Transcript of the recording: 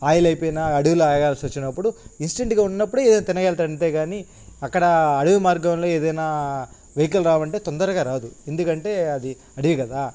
oil అయిపోయినా అడవిలో ఆగాల్సొచ్చినప్పుడు ఇన్స్టెంట్గా ఉన్నప్పుడు ఏదైనా తినగలుగుతాడు అంతే కానీ అక్కడ అడవి మార్గంలో ఏదైనా వెహికల్ రావంటే తొందరగా రాదు ఎందుకంటే అది అడవి కదా